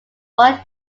what